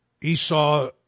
Esau